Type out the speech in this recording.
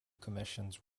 commissions